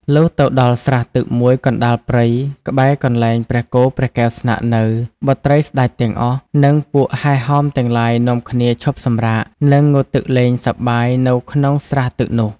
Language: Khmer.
លុះទៅដល់ស្រះទឹកមួយកណ្ដាលព្រៃក្បែរកន្លែងព្រះគោព្រះកែវស្នាក់នៅ បុត្រីស្ដេចទាំងអស់ និងពួកហែហមទាំងឡាយនាំគ្នាឈប់សម្រាក និងងូតទឹកលេងសប្បាយនៅក្នុងស្រះទឹកនោះ។